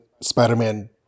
Spider-Man